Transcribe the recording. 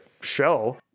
show